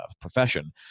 profession